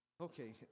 Okay